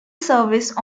service